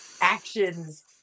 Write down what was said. actions